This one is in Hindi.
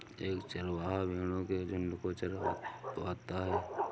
एक चरवाहा भेड़ो के झुंड को चरवाता है